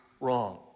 wrong